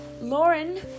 Lauren